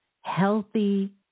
healthy